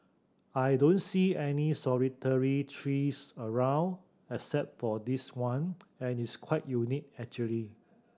I don't see any solitary trees around except for this one and it's quite unique actually